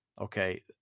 okay